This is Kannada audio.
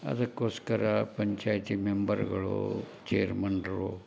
ಅದಕ್ಕೋಸ್ಕರ ಪಂಚಾಯತಿ ಮೆಂಬರ್ಗಳೂ ಚೇರ್ಮನ್ರು